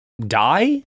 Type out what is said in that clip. die